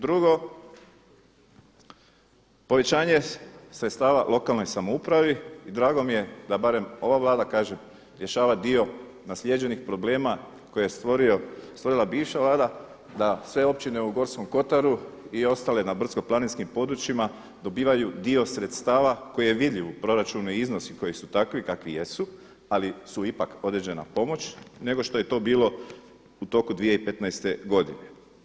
Drugo, povećanje sredstava lokalnoj samoupravi i drago mi je da barem ova Vlada kažem rješava dio naslijeđenih problema koje je stvorila bivša Vlada da sve općine u Gorskom Kotaru i ostale na brdsko-planinskim područjima dobivaju dio sredstava koji je vidljiv u proračunu i iznosi koji su takvi kakvi jesu ali su ipak određena pomoć nego što je to bilo u toku 2015. godine.